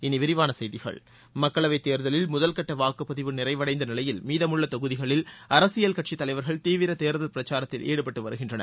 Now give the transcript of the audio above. இனி விரிவான செய்திகள் மக்களவை தேர்தலில் முதல் கட்ட வாக்குப்பதிவு நிறைவடைந்த நிலையில் மீதமுள்ள தொகுதிகளில் அரசியல் கட்சி தலைவர்கள் தீவிர தேர்தல் பிரச்சாரத்தில் ஈடுபட்டு வருகின்றனர்